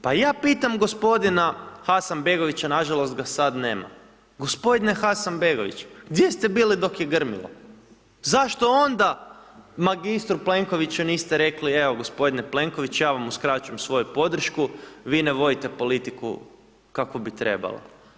Pa ja pitam gospodina Hasanbegovića nažalost ga sada nema, gospodine Hasanbegović gdje ste bili dok je grmilo zašto onda magistru Plenkoviću niste rekli evo gospodine Plenković ja vam uskraćujem svoju podršku, vi ne vodite politiku kako bi trebalo.